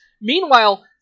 Meanwhile